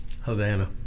Havana